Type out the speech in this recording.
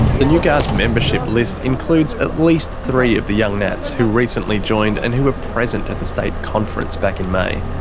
the new guard's membership list includes at least three of the young nats who recently joined and who were present at the state conference back in may.